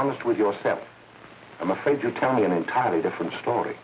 honest with yourself i'm afraid to tell me an entirely different story